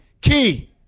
Key